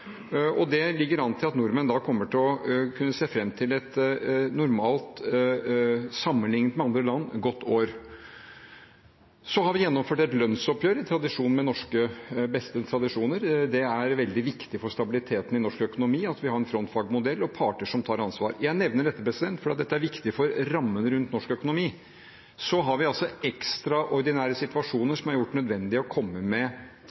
Det ligger an til at nordmenn kommer til å kunne se fram til et normalt godt år sammenlignet med andre land. Vi har gjennomført et lønnsoppgjør i tråd med de beste norske tradisjoner. Det er veldig viktig for stabiliteten i norsk økonomi at vi har en frontfagmodell og parter som tar ansvar. Jeg nevner dette fordi dette er viktig for rammen rundt norsk økonomi. Så har vi altså ekstraordinære situasjoner som har gjort det nødvendig å komme med